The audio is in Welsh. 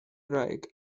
wraig